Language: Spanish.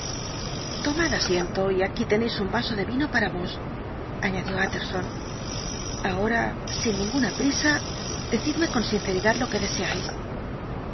mal tomad asiento y aquí tenéis un vaso de vino para vos añadió tjtterson ahora sin ninguna prisa decidme con sinceridad lo que deseáis